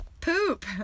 poop